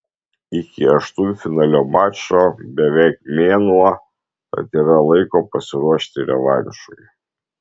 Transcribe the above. iki aštuntfinalio mačo beveik mėnuo tad yra laiko pasiruošti revanšui